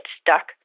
stuck